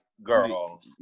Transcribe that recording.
Girl